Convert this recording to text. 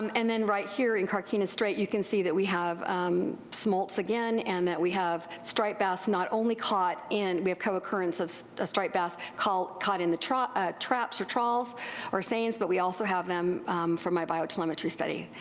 and then right here in carquinez strait you can see that we have smolts again and that we have striped bass not only caught ino we have co-occurrence of striped bass caught caught in the ah traps or trawls or seines, but we also have them from my biotelemetry study.